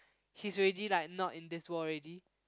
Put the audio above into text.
he's already like not in this world already